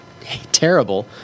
terrible